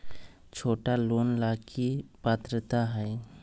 छोटा लोन ला की पात्रता है?